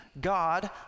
God